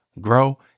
grow